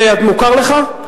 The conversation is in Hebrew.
זה מוכר לך?